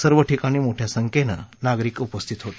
सर्व ठिकाणी मोठ्या संख्येनं नागरिक उपस्थित होते